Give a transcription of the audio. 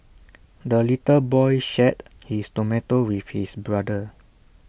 the little boy shared his tomato with his brother